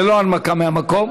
זה לא הנמקה מהמקום.